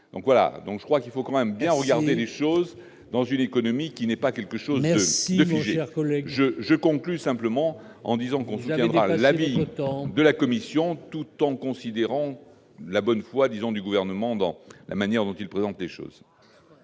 donc voilà, donc je crois qu'il faut quand même bien regarder les choses dans une économie qui n'est pas quelque chose, merci, cher collègue, je je conclu simplement en disant qu'on viendra la mi-temps de la Commission, tout en considérant la bonne foi, disons du gouvernement dans la manière dont il présente les choses.